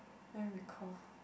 then we call